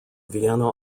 vienna